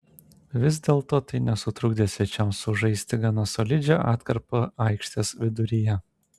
vis dėlto tai nesutrukdė svečiams sužaisti gana solidžią atkarpą aikštės viduryje